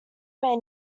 may